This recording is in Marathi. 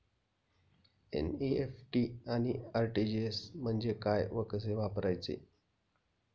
एन.इ.एफ.टी आणि आर.टी.जी.एस म्हणजे काय व कसे वापरायचे?